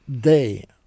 day